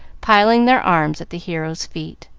piling their arms at the hero's feet.